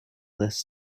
this